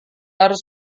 harus